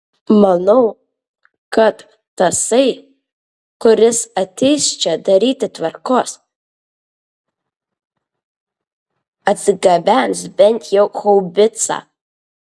manau kad tasai kuris ateis čia daryti tvarkos atsigabens bent jau haubicą